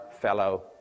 fellow